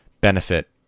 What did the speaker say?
benefit